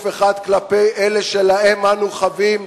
כלפי אלה שלהם אנו חבים,